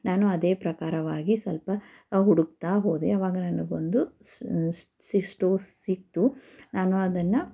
ನಾನು ಅದೇ ಪ್ರಕಾರವಾಗಿ ಸ್ವಲ್ಪ ಹುಡ್ಕ್ತಾ ಹೋದೆ ಆವಾಗ ನನಗೊಂದು ಸ್ಟೋವ್ ಸಿಕ್ತು ನಾನು ಅದನ್ನು